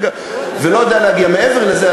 ולא יודע להגיע מעבר לזה.